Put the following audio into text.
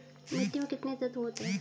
मिट्टी में कितने तत्व होते हैं?